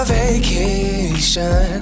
vacation